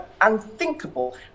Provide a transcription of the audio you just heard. unthinkable